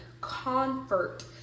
comfort